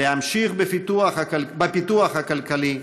להמשיך בפיתוח הכלכלי,